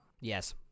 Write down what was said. Yes